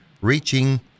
reaching